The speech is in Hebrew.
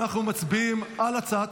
אנחנו מצביעים על הצעת